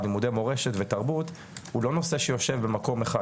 לימודי מורשת ותרבות הוא לא נושא שיושב במקום אחד,